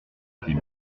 était